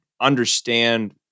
understand